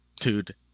Dude